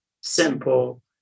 simple